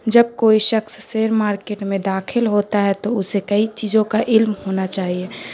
جب کوئی شخص شیئر مارکیٹ میں داخل ہوتا ہے تو اسے کئی چیزوں کا علم ہونا چاہیے